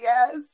Yes